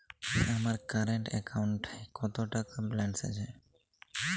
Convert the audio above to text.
আমার কারেন্ট অ্যাকাউন্টে কত টাকা ব্যালেন্স আছে?